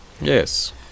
Yes